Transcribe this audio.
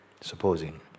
Supposing